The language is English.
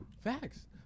Facts